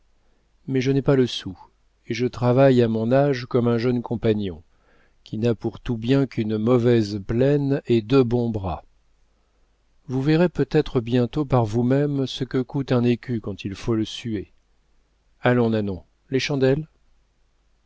mais je n'ai pas le sou et je travaille à mon âge comme un jeune compagnon qui n'a pour tout bien qu'une mauvaise plane et deux bons bras vous verrez peut-être bientôt par vous-même ce que coûte un écu quand il faut le suer allons nanon les chandelles